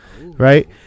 Right